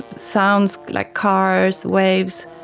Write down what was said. sounds like cars, waves,